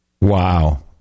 Wow